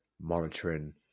monitoring